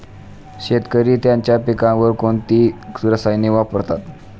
शेतकरी त्यांच्या पिकांवर कोणती रसायने वापरतात?